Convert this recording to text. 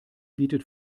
bietet